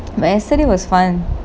yesterday was fun